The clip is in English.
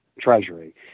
Treasury